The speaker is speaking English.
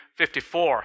54